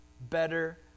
better